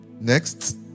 Next